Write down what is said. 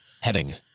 Heading